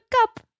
cup